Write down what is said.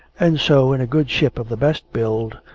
and so, in a good ship of the best build,